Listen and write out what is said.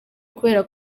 kubera